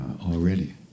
already